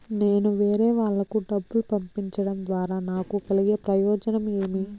నేను వేరేవాళ్లకు డబ్బులు పంపించడం ద్వారా నాకు కలిగే ప్రయోజనం ఏమి?